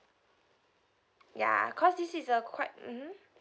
ya cause this is a quite mmhmm